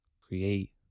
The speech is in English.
create